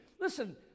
Listen